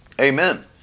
amen